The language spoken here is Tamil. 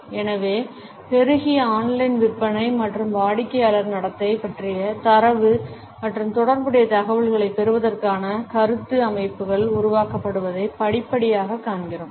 எனவே பெருகிய ஆன்லைன் விற்பனை மற்றும் வாடிக்கையாளர் நடத்தை பற்றிய தரவு மற்றும் தொடர்புடைய தகவல்களைப் பெறுவதற்கான கருத்து அமைப்புகள் உருவாக்கப்படுவதை படிப்படியாகக் காண்கிறோம்